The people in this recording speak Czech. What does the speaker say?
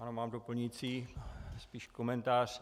Ano, mám doplňující, spíš komentář.